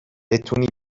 بتونی